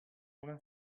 una